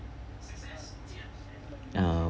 uh